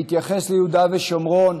בהתייחס ליהודה ושומרון: